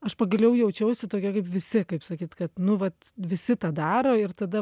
aš pagaliau jaučiausi tokia kaip visi kaip sakyt kad nu vat visi tą daro ir tada